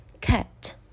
cat